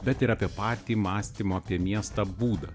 bet ir apie patį mąstymo apie miestą būdą